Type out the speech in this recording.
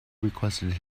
requested